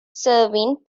serving